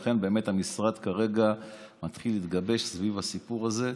לכן המשרד מתחיל כרגע להתגבש סביב הסיפור הזה,